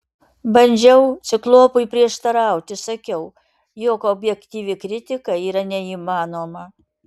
bandžiau ciklopui prieštarauti sakiau jog objektyvi kritika yra neįmanoma